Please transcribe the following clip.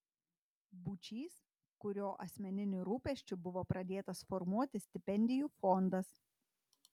būčys kurio asmeniniu rūpesčiu buvo pradėtas formuoti stipendijų fondas